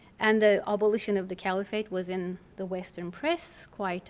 and the abolition of the caliphate was in the western press quite